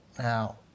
Now